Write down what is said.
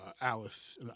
Alice